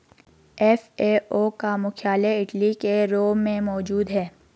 FAO का मुख्यालय Italy के रोम में मौजूद है